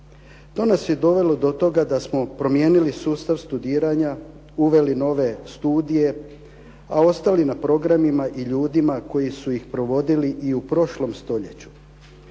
To nas je dovelo do toga da smo promijenili sustav studiranja, uveli nove studije, a ostali na programima i ljudima koji su ih provodili i u prošlom stoljeću.